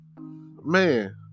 Man